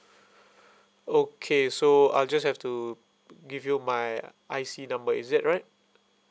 okay so I'll just have to give you my I_C number is that right